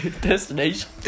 Destination